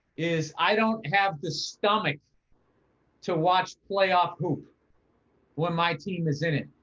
is i don't have the stomach to watch playoff poop when my team is in it.